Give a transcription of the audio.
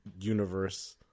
universe